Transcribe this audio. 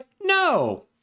no